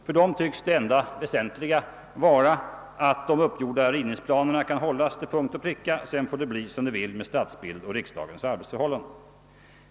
För dem tycks det enda väsentliga vara att de uppgjorda rivningsplanerna kan följas till punkt och pricka — sedan får det bli som det vill med stadsbilden och riksdagens arbetsförhållanden.